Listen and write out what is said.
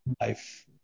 life